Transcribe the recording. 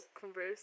Converse